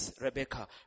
Rebecca